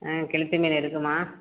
ஆ கெளுத்தி மீன் இருக்குதும்மா